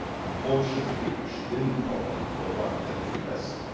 unfortunately, she didn't properly follow up that request,